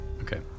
okay